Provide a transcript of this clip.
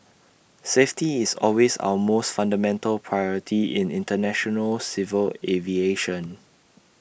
safety is always our most fundamental priority in International civil aviation